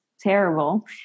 terrible